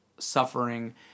suffering